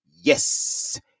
Yes